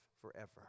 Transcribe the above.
forever